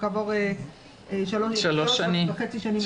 כעבור שלוש וחצי שנים להביא אותן.